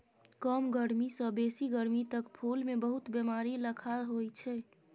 कम गरमी सँ बेसी गरमी तक फुल मे बहुत बेमारी लखा होइ छै